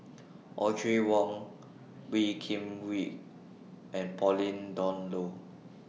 Audrey Wong Wee Kim Wee and Pauline Dawn Loh